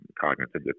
cognitive